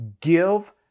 give